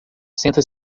senta